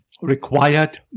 required